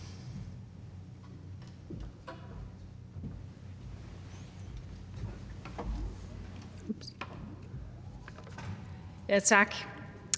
Ja, tak.